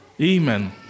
Amen